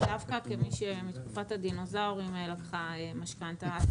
דווקא כמי שבתקופת הדינוזאורים לקחה משכנתה,